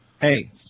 hey